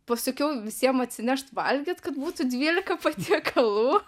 pasakiau visiem atsinešt valgyt kad būtų dvylika patiekalų